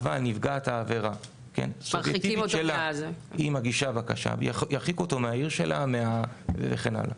אבל נפגעת העבירה מגישה בקשה וירחיקו אותו מהעיר שלה וכן הלאה.